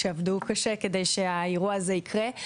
שעבדה מאוד קשה על מנת שהאירוע הזה יקרה.